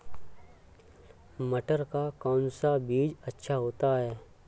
मटर का कौन सा बीज अच्छा होता हैं?